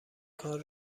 کار